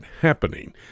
happening